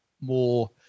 more